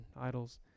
idols